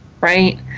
right